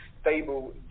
stable